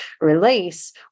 release